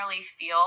feel